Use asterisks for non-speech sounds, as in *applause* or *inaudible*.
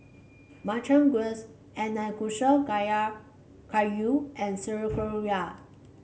Makchang Gui *unintelligible* Nanakusa *unintelligible* Gayu and Sauerkraut